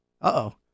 Uh-oh